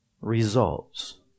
results